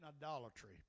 idolatry